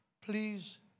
please